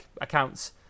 accounts